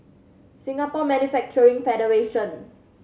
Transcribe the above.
Singapore Manufacturing Federation